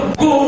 go